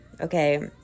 Okay